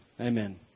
Amen